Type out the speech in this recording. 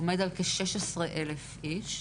עומד על כ-16 אלף איש,